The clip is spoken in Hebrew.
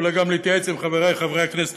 ואולי גם להתייעץ עם חברי חברי הכנסת,